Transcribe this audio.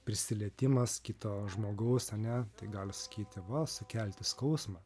prisilietimas kito žmogaus ane tai gali sakyti va sukelti skausmą